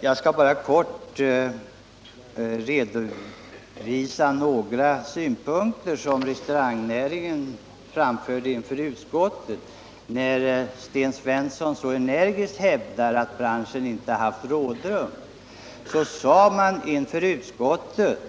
Jag skall, när Sten Svensson så energiskt hävdar att branschen inte haft rådrum, bara kort redovisa några synpunkter som restaurangnäringens företrädare framförde inför utskottet.